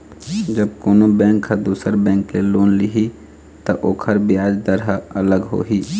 जब कोनो बेंक ह दुसर बेंक ले लोन लिही त ओखर बियाज दर ह अलग होही